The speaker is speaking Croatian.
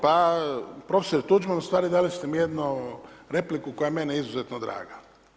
Pa profesore Tuđman, ustvari dali ste mi jednu repliku koja je meni izuzetno draga.